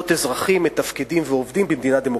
אזרחים מתפקדים ועובדים במדינה דמוקרטית.